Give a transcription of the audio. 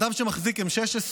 אדם שמחזיק M16,